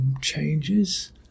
changes